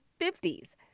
50s